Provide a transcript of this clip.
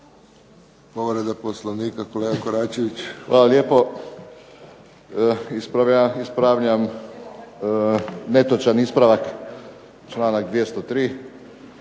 Zlatko (HNS)** Ispravljam netočan ispravak, članak 203.